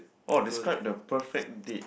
or describe the perfect date